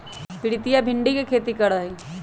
प्रीतिया भिंडी के खेती करा हई